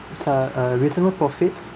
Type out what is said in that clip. uh a reasonable profits